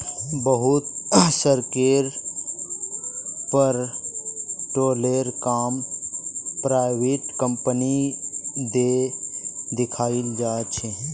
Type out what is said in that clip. बहुत सड़केर पर टोलेर काम पराइविट कंपनिक दे दियाल जा छे